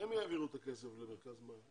שהם יעבירו את הכסף למרכז 'מאיה'.